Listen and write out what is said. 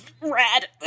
Rad